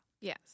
Yes